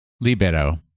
Libero